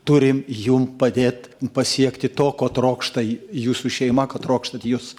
turim jum padėt pasiekti to ko trokšta jūsų šeima ko trokštat jūs